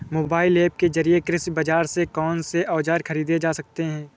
Mobile app के जरिए कृषि बाजार से कौन से औजार ख़रीदे जा सकते हैं?